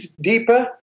deeper